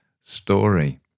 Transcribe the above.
story